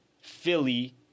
Philly